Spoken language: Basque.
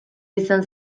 izan